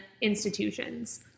institutions